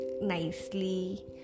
nicely